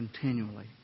continually